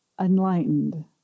enlightened